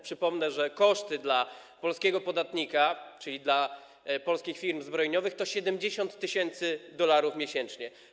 Przypomnę, że koszty dla polskiego podatnika, czyli dla polskich firm zbrojeniowych, to 70 tys. dolarów miesięcznie.